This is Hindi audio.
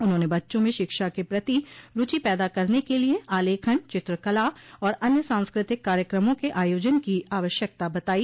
उन्होंने बच्चों में शिक्षा के प्रति रूचि पैदा करने के लिये आलेखन चित्रकला और अन्य सांस्कृतिक कार्यक्रमों का आयोजन की आवश्यकता बताई